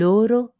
Loro